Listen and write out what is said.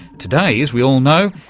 today, as we all know,